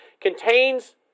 Contains